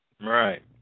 Right